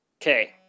Okay